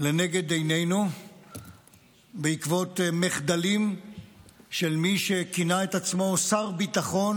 לנגד עינינו בעקבות מחדלים של מי שכינה את עצמו שר ביטחון,